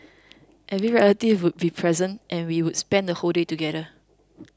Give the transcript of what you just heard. every relative would be present and we would spend the whole day together